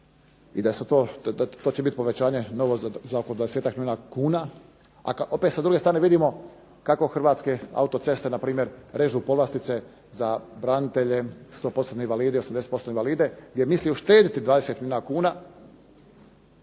i to će biti povećanje za oko 20-ak milijuna kuna. A opet sa druge strane vidimo kako Hrvatske autoceste npr. režu povlastice za branitelje, 100%-tne invalide i 80% invalide, gdje žele uštediti 20 milijuna kuna.